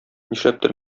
нишләптер